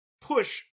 push